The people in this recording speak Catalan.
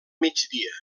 migdia